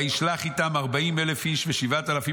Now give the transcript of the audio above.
וישלח איתם ארבעים אלף איש ושבעת אלפים